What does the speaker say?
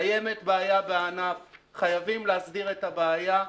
קיימת בעיה בענף, חייבים להסדיר את הבעיה.